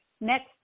Next